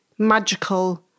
magical